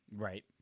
Right